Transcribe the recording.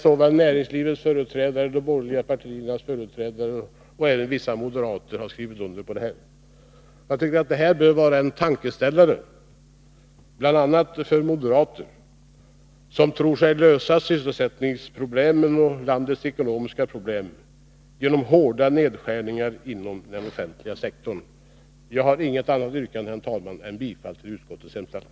Såväl näringslivets företrädare som de borgerliga partiernas företrädare och även vissa moderater har skrivit under på det här. Detta bör vara en tankeställare för bl.a. moderater som tror sig lösa sysselsättningsproblemen och landets ekonomiska problem genom hårda nedskärningar inom den offentliga sektorn. Herr talman! Jag har inget annat yrkande än om bifall till utskottets hemställan.